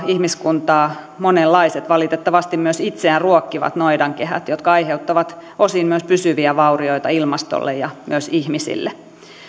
ihmiskuntaa monenlaiset valitettavasti myös itseään ruokkivat noidankehät jotka aiheuttavat osin myös pysyviä vaurioita ilmastolle ja myös ihmisille